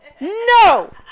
No